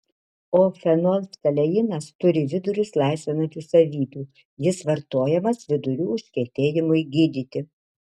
o fenolftaleinas turi vidurius laisvinančių savybių jis vartojamas vidurių užkietėjimui gydyti